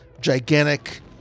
gigantic